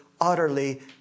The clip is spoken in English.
utterly